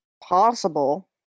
Possible